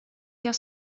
jag